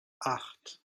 acht